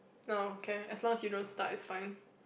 no can as long as you don't start is fine